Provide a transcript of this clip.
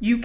you